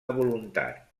voluntat